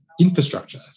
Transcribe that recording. infrastructure